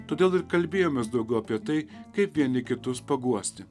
todėl ir kalbėjomės daugiau apie tai kaip vieni kitus paguosti